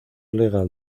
legal